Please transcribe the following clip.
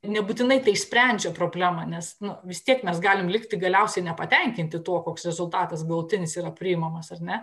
nebūtinai tai išsprendžia problemą nes nu vis tiek mes galim likti galiausiai nepatenkinti tuo koks rezultatas galutinis yra priimamas ar ne